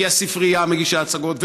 כי הספרייה מגישה הצגות,